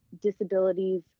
disabilities